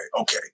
Okay